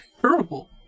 terrible